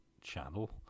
channel